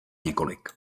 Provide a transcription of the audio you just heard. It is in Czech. několik